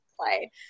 play